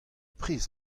prest